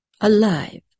alive